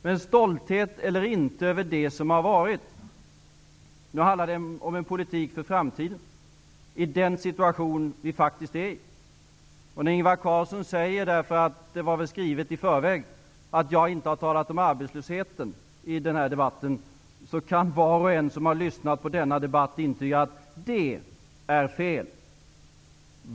Men stolthet eller inte över det som har varit, nu handlar det om en politik för framtiden i den situation vi faktiskt befinner oss i. När Ingvar Carlsson säger -- det var väl skrivet i förväg -- att jag inte har talat om arbetslösheten i den här debatten, kan var och en som har lyssnat på debatten intyga att det är fel.